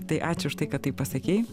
tai ačiū už tai kad taip pasakei